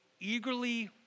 eagerly